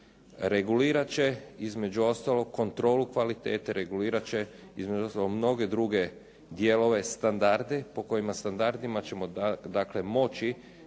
regulirat će između ostalog kontrolu kvalitete, regulirat će između ostalog mnoge druge dijelove, standarde po kojima standardima ćemo